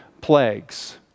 plagues